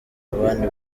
abandi